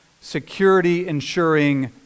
security-ensuring